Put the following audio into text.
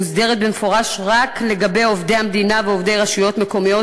מוסדרת במפורש רק לגבי עובדי המדינה ועובדי רשויות מקומיות,